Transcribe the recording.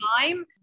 time